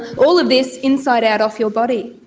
all of this, inside out, off your body.